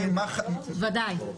בוודאי.